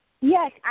Yes